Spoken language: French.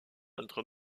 entre